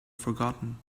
forgotten